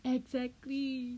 exactly